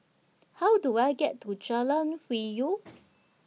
How Do I get to Jalan Hwi Yoh